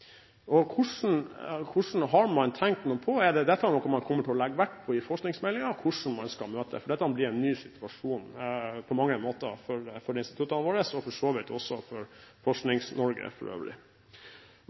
man i forskningsmeldingen til å legge vekt på hvordan man skal møte dette, for dette blir på mange måter en ny situasjon for instituttene våre og for så vidt også for Forsknings-Norge for øvrig?